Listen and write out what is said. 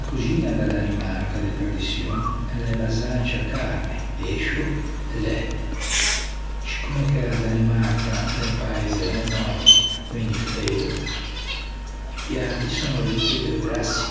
A coxiña da Danimarca de tradiçion a l'é basâ in sciâ carne, pescio e læte. Sciccomme che a Danimarca l'é un paise nordico e quindi freido, i piâti son ricchi de grassi,